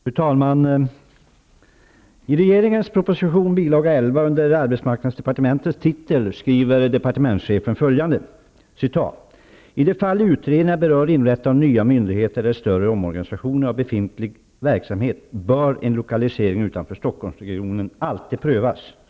Fru talman! I regeringens proposition 1991/92:100 Bilaga 11, avseende arbetsmarknadsdepartementet, skriver departementschefen följande: ''I de fall utredningar berör inrättande av nya myndigheter, eller större omorganisationer av befintlig verksamhet, bör en lokalisering utanför Stockholmsregionen alltid prövas.''